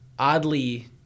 Oddly